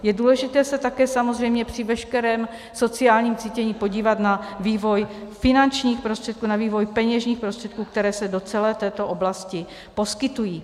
Je důležité se také samozřejmě při veškerém sociálním cítění podívat na vývoj finančních prostředků, na vývoj peněžních prostředků, které se do celé této oblasti poskytují.